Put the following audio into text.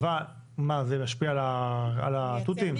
זה משפיע על התותים?